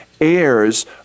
heirs